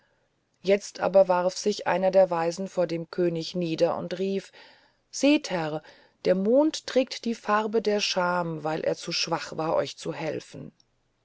jetzt aber warf sich einer der weisen vor dem könig nieder und rief seht herr der mond trägt die farbe der scham weil er zu schwach war euch zu helfen